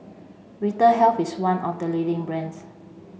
Vitahealth is one of the leading brands